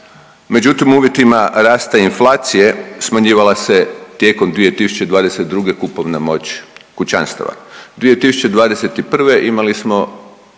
međutim, u uvjetima rasta inflacije, smanjivala se tijekom 2022. kupovna moć kućanstava.